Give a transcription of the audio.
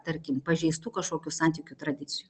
tarkim pažeistų kažkokių santykių tradicijų